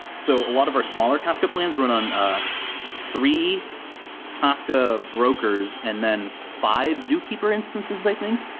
so a lot of our smaller kafka plans run on ah three kafka brokers and then five zookeeper instances, i think,